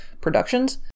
productions